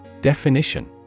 Definition